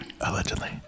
allegedly